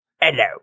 Hello